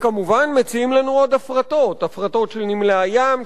וכמובן מציעים לנו עוד הפרטות: הפרטות של נמלי הים,